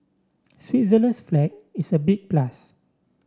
Switzerland's flag is a big plus